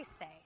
say